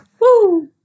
Woo